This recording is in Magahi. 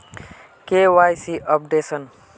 KYC updation?